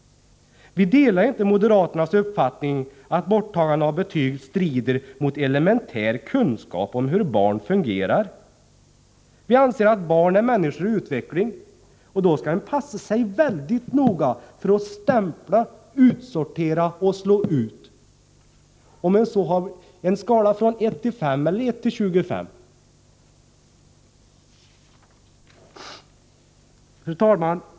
Vi delar inte moderaternas uppfattning att borttagande av betyg strider mot elementär kunskap om hur barn fungerar. Vi anser att barn är människor i utveckling, och då skall man passa sig mycket noga för att stämpla, utsortera och slå ut — oavsett om man har en skala från 1 till 5 eller från 1 till 25. Fru talman!